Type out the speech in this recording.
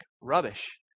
rubbish